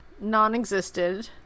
non-existed